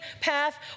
path